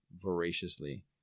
voraciously